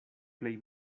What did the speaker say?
plej